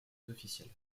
officiels